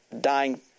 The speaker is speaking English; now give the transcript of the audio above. dying